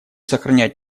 сохранять